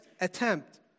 attempt